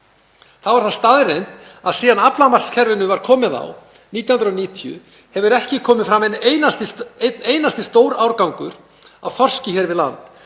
Þá er það staðreynd að síðan að aflamarkskerfinu var komið á 1990 hefur ekki komið fram einn einasti stórárgangur af þorski hér við land